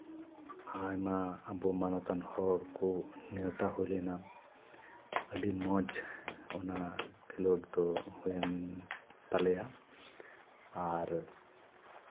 ᱟᱭᱢᱟ ᱟᱵᱚ ᱢᱟᱱᱚᱛᱟᱱ ᱦᱚᱲ ᱠᱚ ᱱᱮᱶᱛᱟ ᱦᱩᱭ ᱞᱮᱱᱟ ᱟᱹᱰᱤ ᱢᱚᱡᱽ ᱚᱱᱟ ᱠᱷᱮᱞᱳᱰ ᱫᱚ ᱦᱩᱭᱮᱱ ᱛᱟᱞᱮᱭᱟ ᱟᱨ